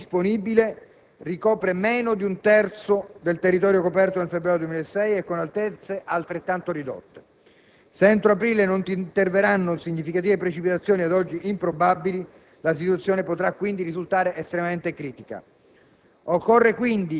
il manto nevoso disponibile ricopre meno di un terzo del territorio coperto nel febbraio 2006 e con altezze altrettanto ridotte. Se entro aprile non interverranno significative precipitazioni, ad oggi improbabili, la situazione potrà risultare estremamente critica.